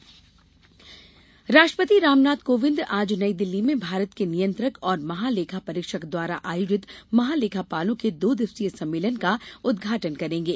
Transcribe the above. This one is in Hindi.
राष्ट्रपति सीएजी राष्ट्रपति रामनाथ कोविंद आज नयी दिल्लीं में भारत के नियंत्रक और महालेखा परीक्षक द्वारा आयोजित महालेखापालों के दो दिवसीय सम्मेंलन का उद्घाटन करेंगे